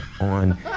on